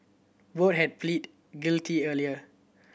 both had pleaded guilty earlier